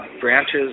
branches